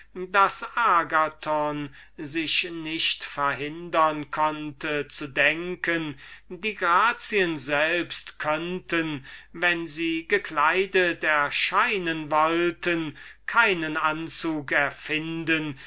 daß agathon sich nicht verhindern konnte zu denken die grazien selbst könnten wenn sie gekleidet erscheinen wollten keinen anzug erfinden